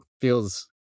feels